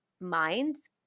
minds